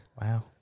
wow